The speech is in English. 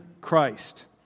Christ